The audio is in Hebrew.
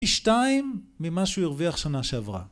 פי שתיים ממה שהוא הרוויח שנה שעברה.